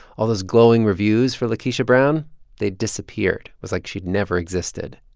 all those glowing reviews for lakeisha brown they disappeared was like she'd never existed.